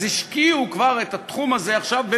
אז השקיעו כבר את התחום הזה במיתון,